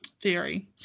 Theory